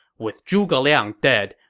with zhuge liang dead,